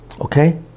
okay